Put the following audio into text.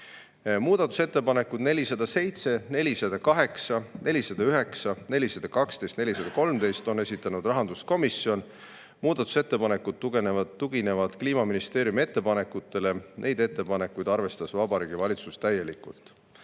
Muudatusettepanekud 407, 408, 409, 412 ja 413 on esitanud rahanduskomisjon. Muudatusettepanekud tuginevad Kliimaministeeriumi ettepanekutele. Neid ettepanekuid arvestas Vabariigi Valitsus täielikult.